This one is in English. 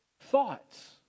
thoughts